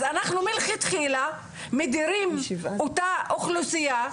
אז אנחנו מלכתחילה מדירים אותה אוכלוסייה,